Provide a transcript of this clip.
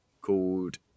called